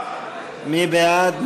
מי בעד?